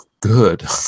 good